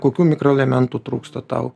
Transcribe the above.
kokių mikroelementų trūksta tau